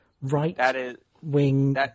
right-wing